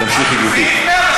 תמשיכי, גברתי.